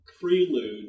prelude